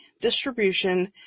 distribution